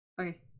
okay